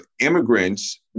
immigrants